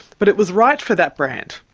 but it was right for that brand,